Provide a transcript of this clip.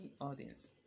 audience